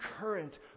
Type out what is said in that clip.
current